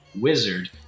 wizard